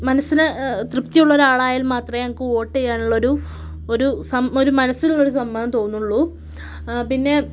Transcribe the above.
മനസ്സിന് തൃപ്തിയുള്ള ഒരാളായാൽ മാത്രമേ ഞങ്ങൾക്ക് വോട്ട് ചെയ്യാനുള്ള ഒരു ഒരു ഒരു മനസ്സിന് ഒരു സമ്മതം തോന്നുകയുള്ളു പിന്നെ